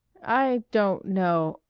i don't know